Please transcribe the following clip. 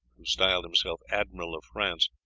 who styled himself admiral of france,